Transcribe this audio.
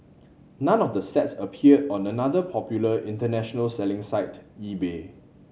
none of the sets appeared on another popular international selling site eBay